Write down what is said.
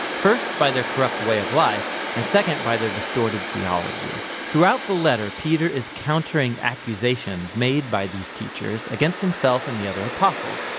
first, by their corrupt way of life and second, by their distorted theology. throughout the letter, peter is countering accusations made by these teachers against himself and the other apostles.